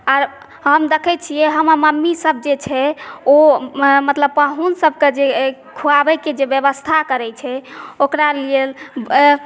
आर हम देखै छियै हमर मम्मीसब जे छै ओ मतलब पाहुन सबके जे खुआबय के जे व्यवस्था करै छै ओकर लेल